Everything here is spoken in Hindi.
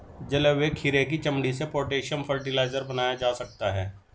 जले हुए खीरे की चमड़ी से पोटेशियम फ़र्टिलाइज़र बनाया जा सकता है